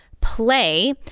play